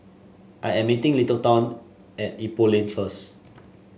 I am meeting Littleton at Ipoh Lane first